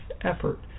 effort